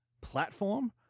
platform